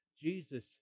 Jesus